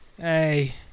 Hey